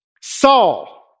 Saul